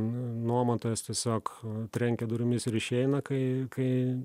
nuomotojas tiesiog trenkia durimis ir išeina kai kai